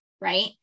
Right